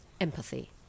empathy